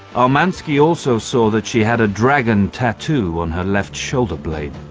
armansky also saw that she had a dragon tattoo on her left shoulder blade.